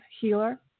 healer